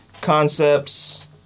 concepts